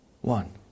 One